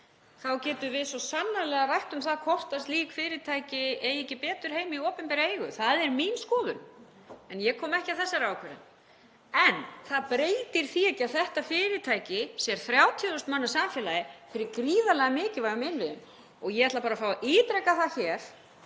þá getum við svo sannarlega rætt um það hvort slík fyrirtæki eigi ekki betur heima í opinberri eigu. Það er mín skoðun. En ég kom ekki að þessari ákvörðun. Það breytir því ekki að þetta fyrirtæki sér 30.000 manna samfélagi fyrir gríðarlega mikilvægum innviðum. Og ég ætla bara að fá að ítreka það hér